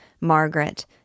Margaret